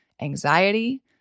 anxiety